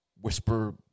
whisper